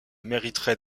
mériterait